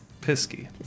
Pisky